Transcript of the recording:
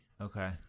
Okay